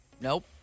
nope